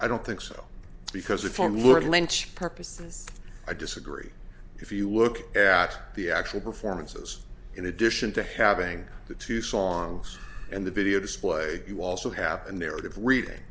i don't think so because reform laura lynch purposes i disagree if you look at the actual performances in addition to having the two songs and the video display you also happen narrative reading